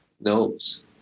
knows